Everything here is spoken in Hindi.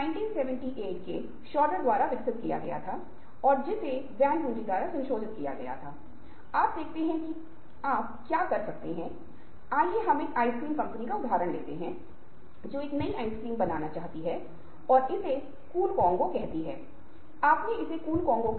हमें स्थिति को लोगों के संदर्भ में समझना होगा और इन सभी बातों को ध्यान में रखते हुए अगर हम अपनी बात रखने की कोशिश कर रहे हैं तो शायद लोग सराहना करेंगे और वे ध्यान देने की कोशिश करेंगे और हम आगे बढ़ेंगे